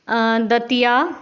Datia